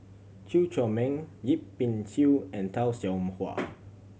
Chew Chor Meng Yip Pin Xiu and Tay Seow Huah